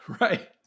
right